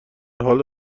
حال